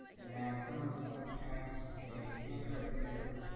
and then someone is going to cast a cancer. it misses.